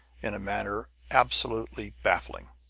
in a manner absolutely baffling.